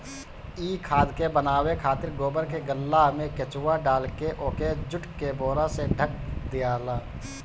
इ खाद के बनावे खातिर गोबर के गल्ला में केचुआ डालके ओके जुट के बोरा से ढक दियाला